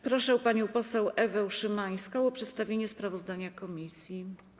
Proszę panią poseł Ewę Szymańską o przedstawienie sprawozdania komisji.